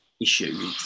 issue